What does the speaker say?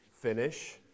finish